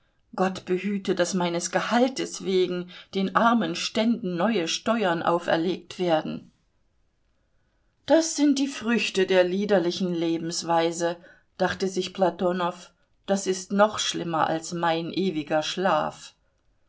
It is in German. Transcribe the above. gott behüte daß meines gehalts wegen den armen ständen neue steuern auferlegt werden das sind die früchte der liederlichen lebensweise dachte sich platonow das ist noch schlimmer als mein ewiger schlaf